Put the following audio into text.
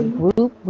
group